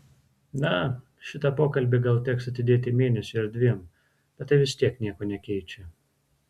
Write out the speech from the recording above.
na šitą pokalbį gal teks atidėti mėnesiui ar dviem bet tai vis tiek nieko nekeičia